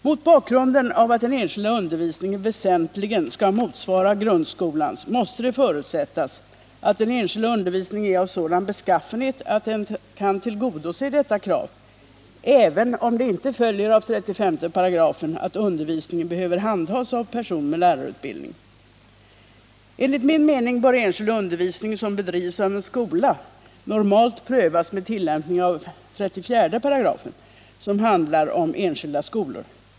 Mot bakgrunden av att den enskilda undervisningen väsentligen skall motsvara grundskolans måste det förutsättas att den enskilda undervisningen är av sådan beskaffenhet att den kan tillgodose detta krav, även om det inte följer av 35 § att undervisningen behöver handhas av person med lärarutbildning. Enligt min mening bör enskild undervisning som bedrivs av en skola normalt prövas med tillämpning av 34 §, som handlar om enskilda skolor.